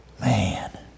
Man